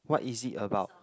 what is it about